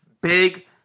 big